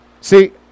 See